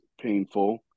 painful